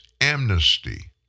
amnesty